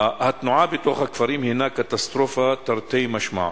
התנועה בתוך הכפרים הינה קטסטרופה, תרתי משמע.